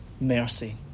Mercy